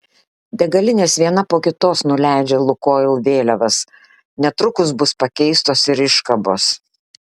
degalinės viena po kitos nuleidžia lukoil vėliavas netrukus bus pakeistos ir iškabos